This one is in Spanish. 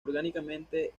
orgánicamente